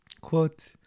quote